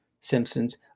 simpsons